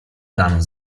dan